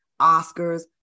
Oscars